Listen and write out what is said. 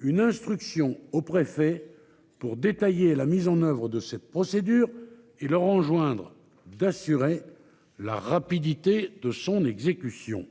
une instruction aux préfets pour détailler la mise en oeuvre de cette procédure et leur enjoindre d'assurer la rapidité de son exécution.